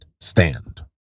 stand